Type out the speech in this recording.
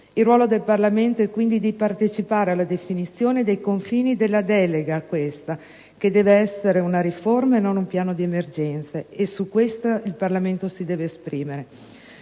Il ruolo del Parlamento è quindi quello di partecipare alla definizione dei confini della delega a questa che deve essere una riforma e non un piano di emergenza e su questa il Parlamento deve esprimersi;